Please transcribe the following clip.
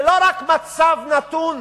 זה לא רק מצב נתון